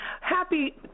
Happy